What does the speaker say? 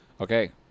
Okay